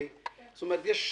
יש,